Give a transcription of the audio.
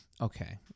Okay